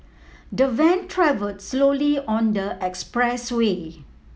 the van travelled slowly on the expressway